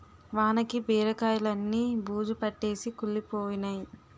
వానకి బీరకాయిలన్నీ బూజుపట్టేసి కుళ్లిపోయినై